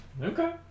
Okay